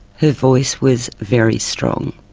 her voice was very strong.